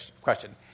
question